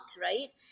right